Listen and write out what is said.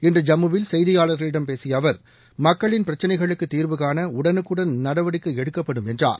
இன்று ஜம்முவில் செய்தியாளர்களிம் பேசிய அவர் மக்களின் பிரச்சினைகளுக்கு தீர்வுகாண உடனுக்குடன் நடவடிக்கை எடுக்கப்படும் என்றார்